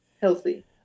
healthy